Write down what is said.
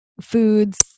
foods